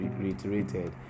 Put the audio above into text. reiterated